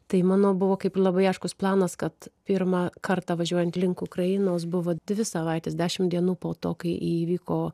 tai mano buvo kaip labai aiškus planas kad pirmą kartą važiuojant link ukrainos buvo dvi savaitės dešimt dienų po to kai įvyko